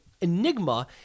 enigma